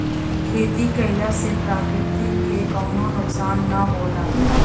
खेती कइले से प्रकृति के कउनो नुकसान ना होला